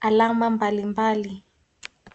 alama mbalimbali.